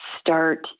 start